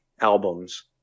albums